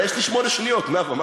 נא לסיים.